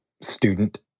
student